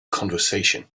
conversation